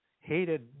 hated